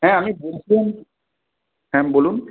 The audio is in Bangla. হ্যাঁ আমি হ্যাঁ বলুন